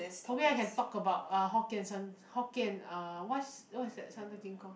probably I can talk about uh hokkien san Hokkien uh what's what is that san-zi-jing called